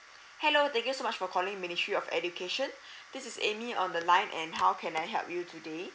hello thank you so much for calling ministry of education this is amy on the line and how can I help you today